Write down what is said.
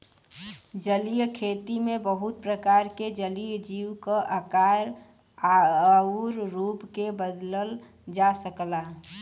जलीय खेती में बहुत प्रकार के जलीय जीव क आकार आउर रूप के बदलल जा सकला